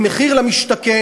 עם מחיר למשתכן.